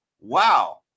Wow